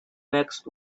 next